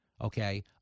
Okay